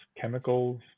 chemicals